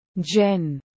Jen